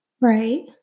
Right